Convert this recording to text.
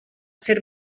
ser